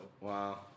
Wow